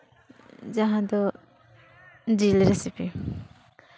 ᱡᱟᱦᱟᱸ ᱫᱚ ᱡᱤᱞ ᱨᱮᱥᱤᱯᱤ